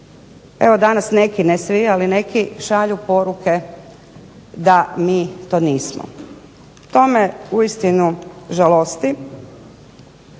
evo danas neki, ne svi ali neki šalju poruke da mi to nismo. To me uistinu žalosti.